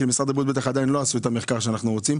כי משרד הבריאות בטח עדיין לא עשו את המחקר שאנחנו רוצים.